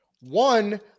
One